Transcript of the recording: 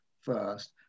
first